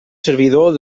servidor